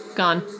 gone